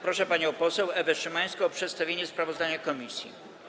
Proszę panią poseł Ewę Szymańską o przedstawienie sprawozdania komisji.